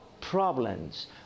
Problems